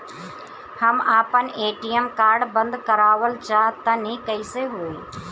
हम आपन ATM card बंद करावल चाह तनि कइसे होई?